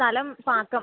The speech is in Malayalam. സ്ഥലം പാക്കം